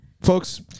Folks